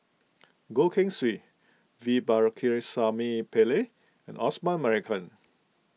Goh Keng Swee V Pakirisamy Pillai and Osman Merican